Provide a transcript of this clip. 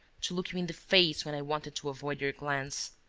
to look you in the face when i wanted to avoid your glance.